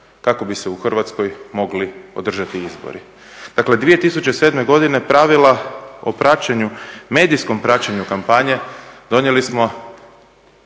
kako bi se u Hrvatskoj mogli održati izbori. Dakle 2007. godine pravila o praćenju, medijskom praćenju kampanja donijeli smo